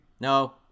No